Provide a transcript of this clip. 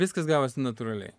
viskas gavosi natūraliai